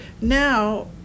now